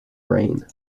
rain